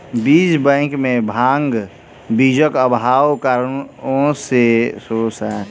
बीज बैंक में भांग बीजक अभावक कारणेँ ओ प्राप्त नै भअ सकल